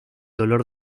dolor